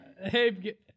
hey